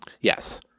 Yes